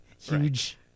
huge